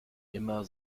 immer